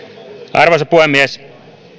arvoisa puhemies